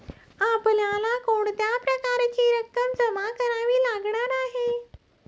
आपल्याला कोणत्या प्रकारची रक्कम जमा करावी लागणार आहे?